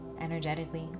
energetically